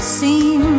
seem